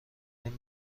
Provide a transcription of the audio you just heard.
این